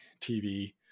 TV